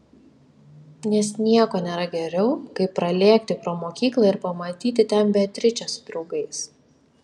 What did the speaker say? nes nieko nėra geriau kaip pralėkti pro mokyklą ir pamatyti ten beatričę su draugais